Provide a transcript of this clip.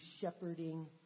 shepherding